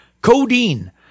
Codeine